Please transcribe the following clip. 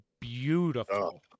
beautiful